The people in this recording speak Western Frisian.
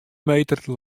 meter